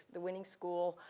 the winning school,